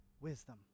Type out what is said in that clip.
wisdom